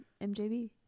MJB